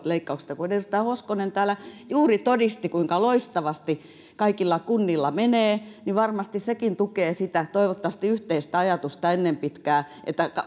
leikkaukset ja kun edustaja hoskonen täällä juuri todisti kuinka loistavasti kaikilla kunnilla menee niin varmasti sekin tukee sitä toivottavasti yhteistä ajatusta ennen pitkää että